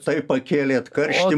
taip pakėlėt karštį